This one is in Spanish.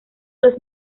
los